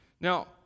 Now